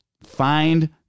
find